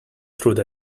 through